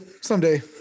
someday